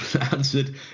Answered